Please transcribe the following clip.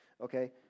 Okay